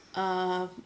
err